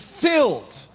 filled